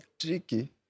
tricky